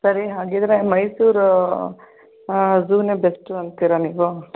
ಸರಿ ಹಾಗಿದ್ರೆ ಮೈಸೂರು ಝೂನೇ ಬೆಸ್ಟು ಅಂತೀರಾ ನೀವು